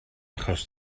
achos